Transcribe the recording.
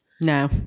No